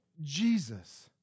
Jesus